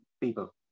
people